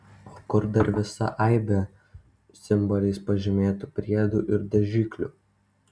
o kur dar visa aibė simboliais pažymėtų priedų ir dažiklių